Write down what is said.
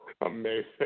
Amazing